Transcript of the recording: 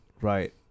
Right